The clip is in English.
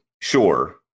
Sure